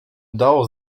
udało